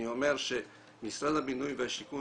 אני אומר שמשרד הבינוי והשיכון,